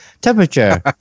temperature